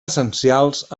essencials